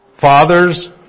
Fathers